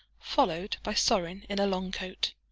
followed by sorin in a long coat,